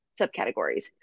subcategories